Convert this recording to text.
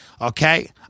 okay